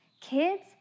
Kids